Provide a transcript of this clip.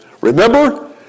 Remember